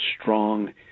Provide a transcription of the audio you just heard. strong